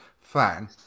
fan